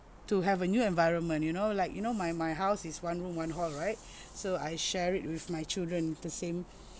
to have a new environment you know like you know my my house is one room one hall right so I share it with my children the same